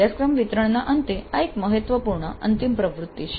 અભ્યાસક્રમ વિતરણના અંતે આ એક મહત્વપૂર્ણ અંતિમ પ્રવૃત્તિ છે